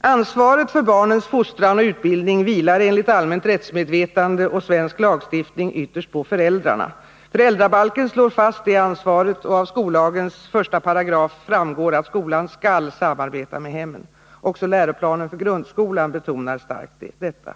Ansvaret för barns fostran och utbildning vilar enligt allmänt rättsmedvetande och svensk lagstiftning ytterst på föräldrarna. Föräldrabalken slår fast det ansvaret, och av skollagens 1§ framgår att skolan skall samarbeta med hemmen. Också läroplanen för grundskolan betonar starkt detta.